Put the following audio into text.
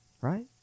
Right